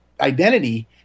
identity